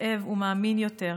אוהב ומאמין יותר,